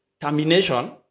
Termination